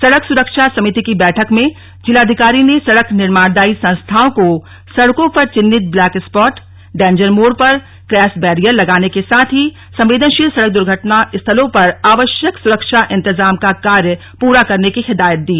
सड़क सुरक्षा समिति की बैठक में जिलाधिकारी ने सड़क निर्माणदायी संस्थाओं को सड़कों पर चिन्हित ब्लैक स्पॉट डेंजर मोड़ पर क्रैश बैरियर लगाने के साथ ही संवेदनशील सड़क दुर्घटना स्थलों पर आवश्यक सुरक्षा इंतजाम का कार्य पूरा करने की हिदायद दी